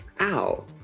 ow